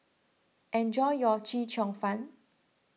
enjoy your Chee Cheong Fun